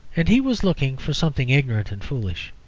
and he was looking for something ignorant and foolish.